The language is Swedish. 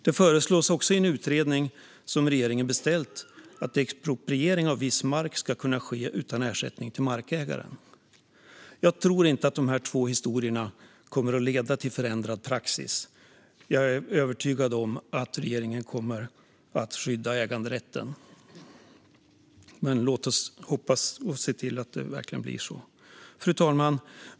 I en utredning som regeringen beställt föreslås också att expropriering av viss mark ska kunna ske utan ersättning till markägaren. Jag tror inte att dessa två historier kommer att leda till förändrad praxis. Jag är övertygad om att regeringen kommer att skydda äganderätten. Låt oss hoppas och se till att det verkligen blir så. Fru talman!